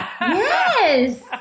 Yes